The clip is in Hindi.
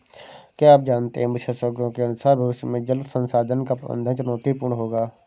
क्या आप जानते है विशेषज्ञों के अनुसार भविष्य में जल संसाधन का प्रबंधन चुनौतीपूर्ण होगा